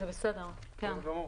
בסדר גמור.